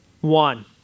One